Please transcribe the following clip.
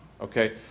Okay